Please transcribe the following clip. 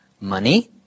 Money